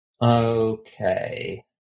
Okay